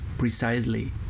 precisely